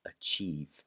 achieve